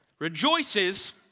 Rejoices